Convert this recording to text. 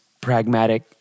pragmatic